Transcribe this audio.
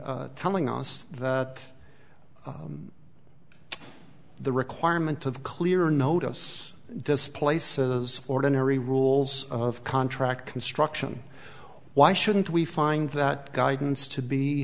agency telling us that the requirement of clear notice this places ordinary rules of contract construction why shouldn't we find that guidance to be